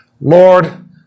Lord